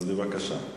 בבקשה.